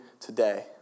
today